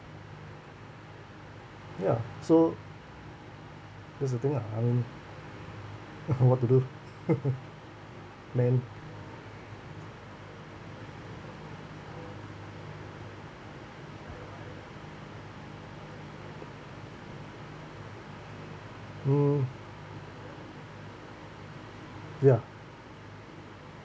ya so that's the thing lah I don't know what to do man mm ya